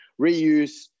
reuse